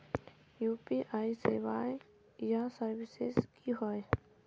UPI सेवाएँ या services की होय?